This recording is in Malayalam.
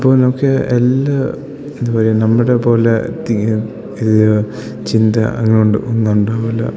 ഇപ്പോൾ നമുക്ക് എല്ലാം എന്താണ് പറയുക നമ്മുടെ പോലെ ചിന്ത അങ്ങനെ ഉണ്ട് ഒന്നും ഉണ്ടാവില്ല